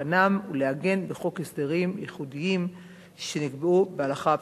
כנם ולעגן בחוק הסדרים ייחודיים שנקבעו בהלכה הפסוקה.